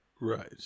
Right